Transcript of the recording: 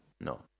No